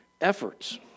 efforts